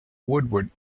woodward